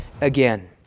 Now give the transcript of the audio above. again